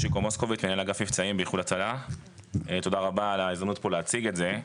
תודה רבה על ההזדמנות פה להציג את זה.